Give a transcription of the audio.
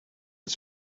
het